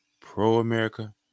pro-America